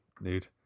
nude